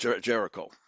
Jericho